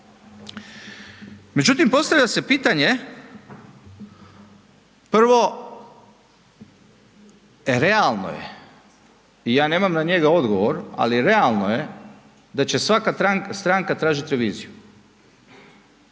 Međutim, postavlja se pitanje prvo realno je, ja nemam na njega odgovor, ali realno je da će svaka stranka tražiti reviziju.